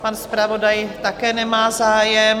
Pan zpravodaj také nemá zájem.